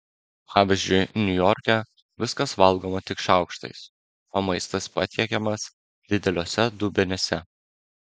pavyzdžiui niujorke viskas valgoma tik šaukštais o maistas patiekiamas dideliuose dubenyse